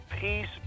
peace